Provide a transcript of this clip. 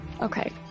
Okay